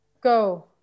Go